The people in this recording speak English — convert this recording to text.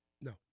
No